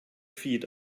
feed